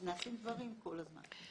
אז נעשים דברים כל הזמן.